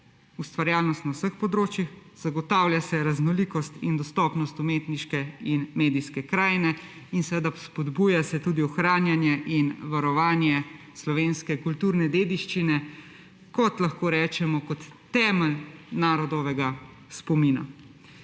ustvarjalnost na vseh področjih, zagotavlja se raznolikost in dostopnost umetniške in medijske krajine in spodbuja se tudi ohranjanje in varovanje slovenske kulturne dediščine kot temelj narodovega spomina.